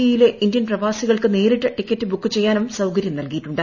E യിലെ Indian പ്രവാസികൾക്ക് നേരിട്ട് ടിക്കറ്റ് ബുക്ക്ചെയ്യാനും സൌകര്യം നൽകിയിട്ടുണ്ട്